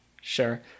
sure